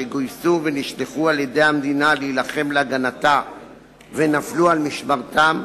שגויסו ונשלחו על-ידי המדינה להילחם להגנתה ונפלו על משמרתם,